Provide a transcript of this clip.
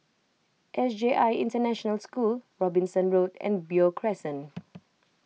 S J I International School Robinson Road and Beo Crescent